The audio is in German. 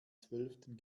zwölften